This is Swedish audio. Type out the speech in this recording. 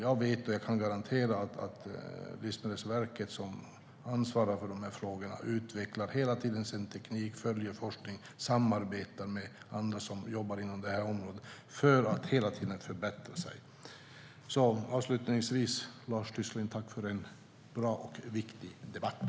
Jag kan garantera att Livsmedelsverket, som ansvarar för dessa frågor, utvecklar sin teknik, följer forskningen och samarbetar med andra som jobbar inom detta område för att hela tiden förbättra sig. Jag tackar Lars Tysklind för en bra och viktig debatt.